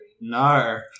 No